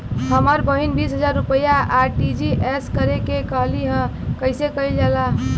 हमर बहिन बीस हजार रुपया आर.टी.जी.एस करे के कहली ह कईसे कईल जाला?